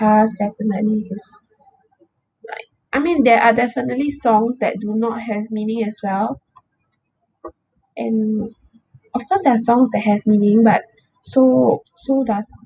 past definitely is like I mean there are definitely songs that do not have meaning as well and of course there are songs that have meaning but so so does